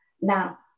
Now